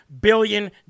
billion